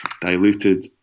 diluted